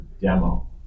demo